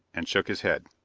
and shook his head.